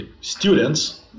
students